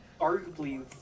arguably